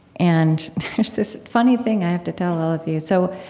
and there's this funny thing i have to tell all of you. so,